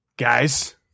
Guys